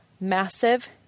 massive